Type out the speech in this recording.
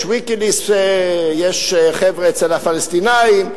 יש "ויקיליקס", יש חבר'ה אצל הפלסטינים.